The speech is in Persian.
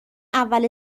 اول